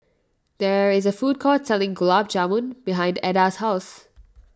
there is a food court selling Gulab Jamun behind Adda's house